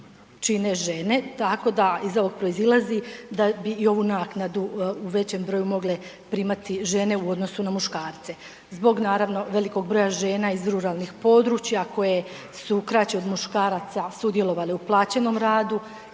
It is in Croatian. čine žene, tako da iz ovog proizilazi da je bi i ovu naknadu u većem broju mogle primati žene u odnosu na muškarce. Zbog naravno, velikog broja žena iz ruralnih područja koje su kraće od muškaraca sudjelovale u plaćenom radu